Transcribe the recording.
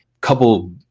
couple